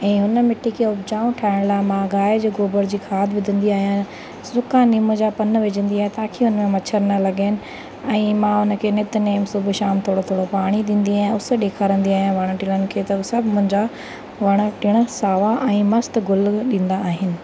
ऐं हुन मिट्टी खे उपिजाऊ ठाहिण लाइ मां गांइ जे गोभर जी खाद्य विजंदी आहियां सुका निम जा पन विझंदी आहियां ताकि हुन में मछर न लॻनि ऐं मां हुनखे नित नेम सुबुह शाम थोरो थोरो पाणी ॾींदी आहियां उस ॾेखारंदी आहियां वण टिणनि खे त उहो सभु मुंहिंजा वण टिण सावा ऐं मस्तु ग़ुल ॾींदा आहिनि